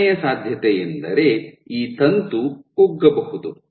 ಎರಡನೆಯ ಸಾಧ್ಯತೆಯೆಂದರೆ ಈ ತಂತು ಕುಗ್ಗಬಹುದು